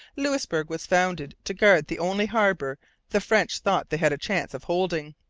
louisbourg was founded to guard the only harbour the french thought they had a chance of holding.